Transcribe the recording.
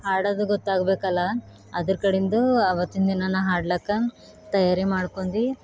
ಹಾಡೋದು ಗೊತ್ತಾಗಬೇಕಲ್ಲ ಅದ್ರ ಕಡಿಂದು ಆವತ್ತಿನ ದಿನ ನಾನು ಹಾಡ್ಲಿಕ್ಕ ತಯಾರಿ ಮಾಡ್ಕೊಂಡಿ